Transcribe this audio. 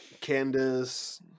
Candace